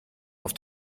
auf